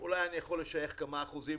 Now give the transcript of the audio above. אולי אני יכול לשייך כמה אחוזים